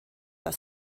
das